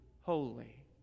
holy